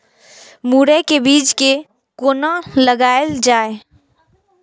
मुरे के बीज कै कोना लगायल जाय?